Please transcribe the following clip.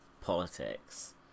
politics